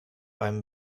einem